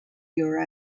your